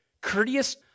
Courteous